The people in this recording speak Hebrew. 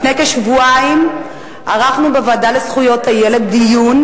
לפני כשבועיים ערכנו בוועדה לזכויות הילד דיון,